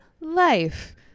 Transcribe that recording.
life